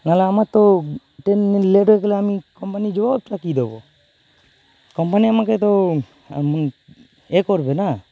না হলে আমার তো ট্রেন মেন লেট হয়ে গেলে আমি কোম্পানি জবাবটা কী দেবো কোম্পানি আমাকে তো এ করবে না